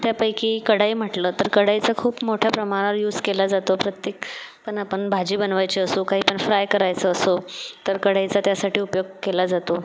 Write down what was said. त्यापैकी कडाई म्हटलं तर कडाईचा खूप मोठ्या प्रमाणावर यूज केला जातो प्रत्येक आपण भाजी बनवायची असो काहीपण फ्राय करायचं असो तर कडाईचा त्यासाठी उपयोग केला जातो